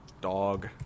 dog